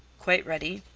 quite ready.